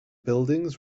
buildings